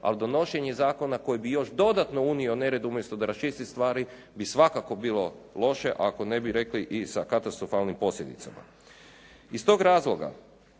al' donošenje zakona koji bi još dodatno unio nered umjesto da raščisti stvari bi svakako bilo loše, ako ne bi rekli i sa katastrofalnim posljedicama. Iz tog razloga,